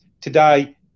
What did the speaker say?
Today